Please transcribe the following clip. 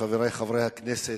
חברי חברי הכנסת,